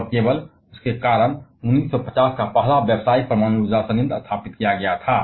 और उसके कारण केवल 1950 का पहला वाणिज्यिक परमाणु ऊर्जा संयंत्र स्थापित किया गया था